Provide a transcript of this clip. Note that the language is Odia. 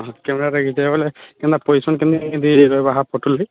ଓହୋ କ୍ୟାମେରାରେ ଘିଚବେ ବେଲେ କେନ୍ତା ପୋଜିସନ୍ କେନ୍ତିକରି ରହେବା ହାଫ୍ ଫଟୋର୍ ଲାଗି